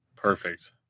Perfect